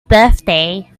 birthday